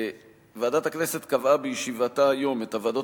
ועדת הכנסת קבעה בישיבתה היום את הוועדות